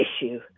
issue